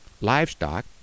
livestock